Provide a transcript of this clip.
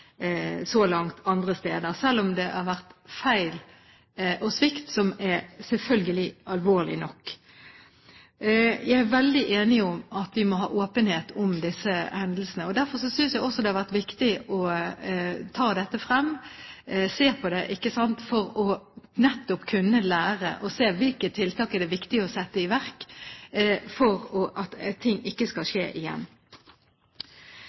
så langt andre steder, selv om det har vært feil og svikt, som selvfølgelig er alvorlig nok. Jeg er veldig enig i at vi må ha åpenhet om disse hendelsene. Derfor synes jeg det har vært viktig å ta dette frem, se på det, for nettopp å kunne lære og se hvilke tiltak det er viktig å sette i verk for at ting ikke skal